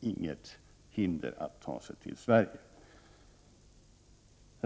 inget hinder att ta sig till Sverige.